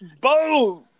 Boom